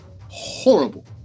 horrible